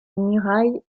murailles